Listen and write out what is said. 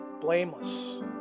blameless